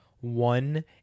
one